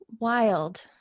Wild